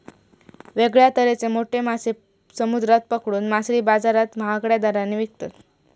वेगळ्या तरेचे मोठे मासे समुद्रात पकडून मासळी बाजारात महागड्या दराने विकतत